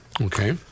Okay